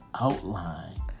outline